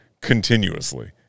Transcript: continuously